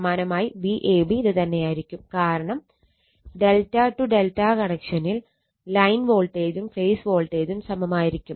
സമാനമായി VAB ഇത് തന്നെയായിരിക്കും കാരണം ∆∆ കണക്ഷനിൽ ലൈൻ വോൾട്ടേജും ഫേസ് വോൾട്ടേജും സമമായിരിക്കും